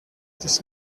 this